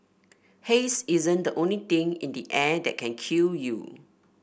haze isn't the only thing in the air that can kill you